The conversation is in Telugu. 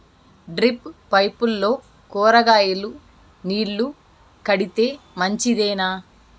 డ్రిప్ పైపుల్లో కూరగాయలు నీళ్లు కడితే మంచిదేనా?